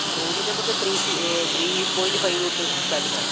റൂമിൻ്റെ നമുക്ക് three C three point five തൊട്ട് സ്റ്റാർട്ടിങ്ങ് ആണ്